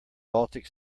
baltic